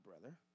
brother